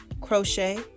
crochet